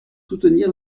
soutenir